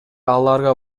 аларга